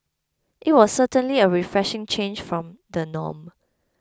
it was certainly a refreshing change from the norm